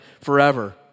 forever